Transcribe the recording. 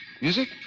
Music